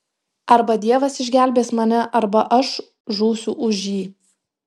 arba dievas išgelbės mane arba aš žūsiu už jį